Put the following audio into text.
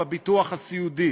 בביטוח הסיעודי,